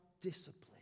discipline